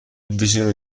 visione